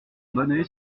bonneuil